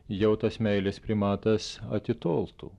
jau tas meilės primatas atitoltų